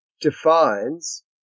defines